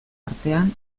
artean